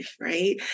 right